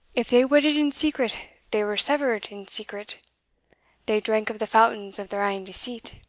if they wedded in secret, they were severed in secret they drank of the fountains of their ain deceit.